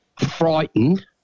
frightened –